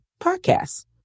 podcasts